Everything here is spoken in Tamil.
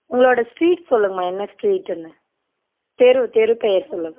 உங்களோட ஸ்ட்ரீட் சொல்லுங்கம்மா என்ன ஸ்ட்ரீட்டுன்னு தெருவு தெரு பெயர் சொல்லுங்கள்